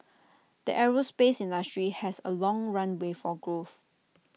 the aerospace industry has A long runway for growth